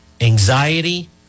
anxiety